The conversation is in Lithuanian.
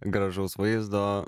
gražaus vaizdo